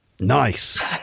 nice